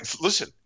listen